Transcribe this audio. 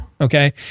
Okay